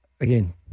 again